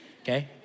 okay